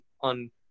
on